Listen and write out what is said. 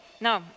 No